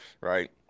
right